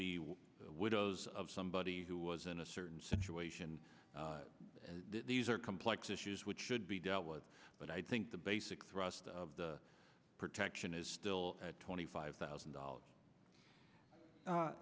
be widows of somebody who was in a certain situation these are complex issues which should be dealt with but i think the basic thrust of the protection is still twenty five thousand dollars